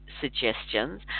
suggestions